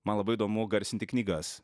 man labai įdomu garsinti knygas